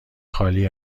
خالی